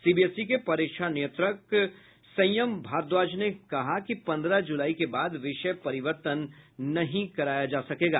CBSE के परीक्षा नियंत्रक संयम भारद्वाज ने कहा कि पन्द्रह जुलाई के बाद विषय परिवर्तन नहीं हो पायेगा